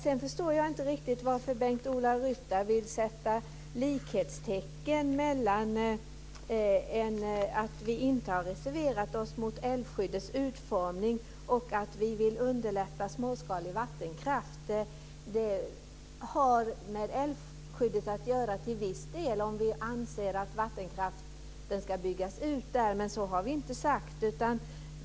Vidare förstår jag inte riktigt varför Bengt-Ola Ryttar vill sätta likhetstecken mellan att vi inte har reserverat oss mot älvskyddets utformning och att vi vill underlätta småskalig vattenkraft. Det har till viss del med älvskyddet att göra, om vi anser att vattenkraften ska byggas ut, men så har vi inte sagt.